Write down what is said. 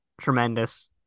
tremendous